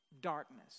darkness